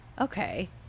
Okay